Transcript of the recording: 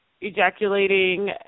ejaculating